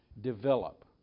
develop